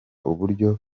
uburyo